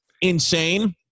insane